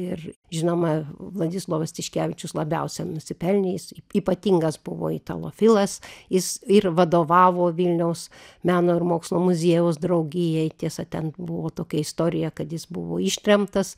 ir žinoma vladislovas tiškevičius labiausia nusipelnė jis ypatingas buvo italofilas jis ir vadovavo vilniaus meno ir mokslo muziejaus draugijai tiesa ten buvo tokia istorija kad jis buvo ištremtas